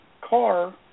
car